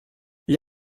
gli